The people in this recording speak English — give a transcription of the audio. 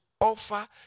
offer